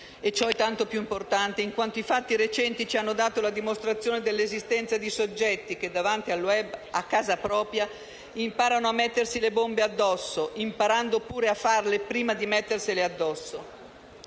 ciò è tanto più importante in quanto i fatti recenti ci hanno dato la dimostrazione dell'esistenza di soggetti che davanti al *web*, a casa propria, imparano a mettersi le bombe addosso e pure a farle prima di indossarle, escono